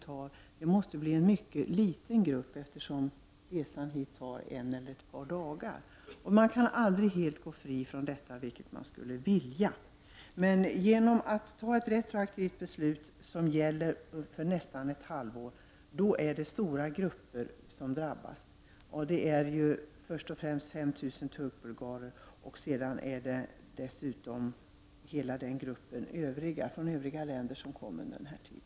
Men det måste vara en mycket liten grupp som då avses, eftersom resan hit tar ett par dagar. Men aldrig kan man gå helt fri från sådana svårigheter, även om man skulle vilja det. Genom ett beslut som retroaktivt gäller nästan ett halvår drabbas en stor grupp. Det gäller i första hand 5 000 turkbulgarer och dessutom hela gruppen av övriga som kommit från andra länder under den aktuella tiden.